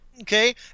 Okay